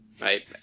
right